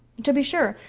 to be sure,